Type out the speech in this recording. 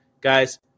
Guys